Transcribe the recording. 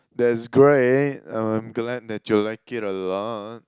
that's great I'm glad that you like it a lot